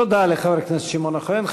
תודה לחבר הכנסת שמעון אוחיון.